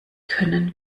können